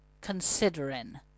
considering